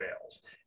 fails